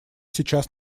сейчас